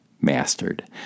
mastered